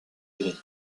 gris